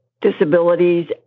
disabilities